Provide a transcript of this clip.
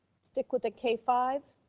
stick with a k five